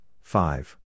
five